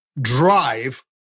drive